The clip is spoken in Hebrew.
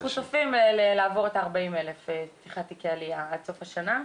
אנחנו צופים לעבור את ה-40,000 פתיחות תיקי עלייה עד סוף השנה.